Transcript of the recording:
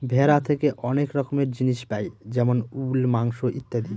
ভেড়া থেকে অনেক রকমের জিনিস পাই যেমন উল, মাংস ইত্যাদি